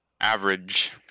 average